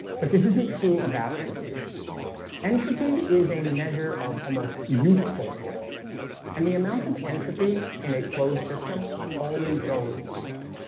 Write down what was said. but this isn't true about entropy entropy is a measure of almost useful energy and the amount of entropy in a closed system only goes up